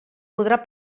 podrà